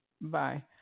Bye